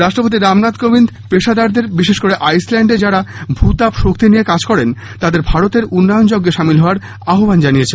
রাষ্ট্রপতি রামনাথ কোবিন্দ পেশাদারদের বিশেষ করে আইসল্যান্ডে যাঁরা ভূ তাপ শক্তি নিয়ে কাজ করেন তাদের ভারতের উন্নয়ন যজ্ঞে সামিল হওয়ার আহ্বান জানিয়েছেন